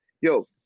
yo